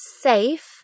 safe